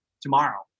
tomorrow